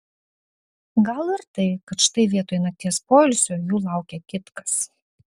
gal ir tai kad štai vietoj nakties poilsio jų laukia kitkas